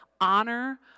honor